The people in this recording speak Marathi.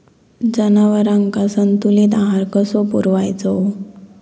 जनावरांका संतुलित आहार कसो पुरवायचो?